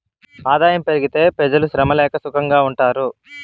ఆదాయం పెరిగితే పెజలు శ్రమ లేక సుకంగా ఉంటారు